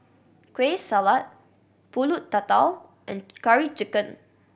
Kueh Salat Pulut Tatal and Curry Chicken